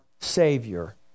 Savior